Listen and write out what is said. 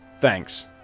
Thanks